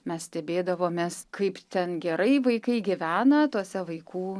mes stebėdavomės kaip ten gerai vaikai gyvena tuose vaikų